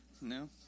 No